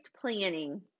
planning